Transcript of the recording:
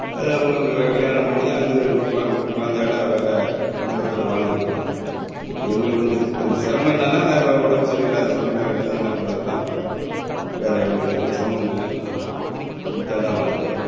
அது அவங்க அவங்க கல்யாணம் பண்ணி அது குழ குழந்தையோடய வேறே குடும்பத்தோடய வாழ்ந்துட்டுருக்கு எங்களுக்கு வந்து இப்போ இந்த சிரமம் என்னெனா ந ந உடம்பு சரியில்லாத செலவுலாம் என்ன பண்ணுறது தான் பார்த்துட்டுருக்கோம் வேறே எங்களுக்கு எந்த சிரமமும் இல்லை திருப்தியாக தான் வாழ்ந்துட்டுருக்கிறோம்